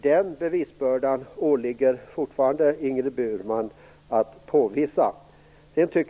Den bevisbördan åligger fortfarande Ingrid Burman.